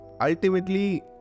Ultimately